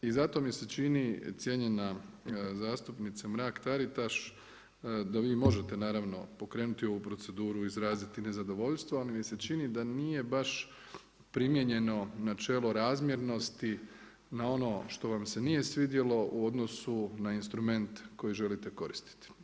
I zato mi se čini cijenjena zastupnice Mrak-TAritaš da vi možete naravno pokrenuti ovu proceduru, izraziti nezadovoljstvo, ali mi se čini da nije baš primijenjeno načelo razmjernosti na ono što vam se nije svidjelo u odnosu na instrument koji želite koristiti.